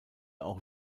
auch